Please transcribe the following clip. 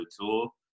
tool